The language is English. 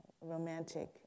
romantic